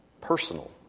personal